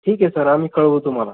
ठीक आहे सर आम्ही कळवू तुम्हाला